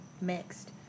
mixed